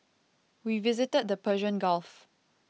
we visited the Persian Gulf